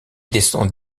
descend